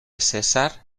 cessar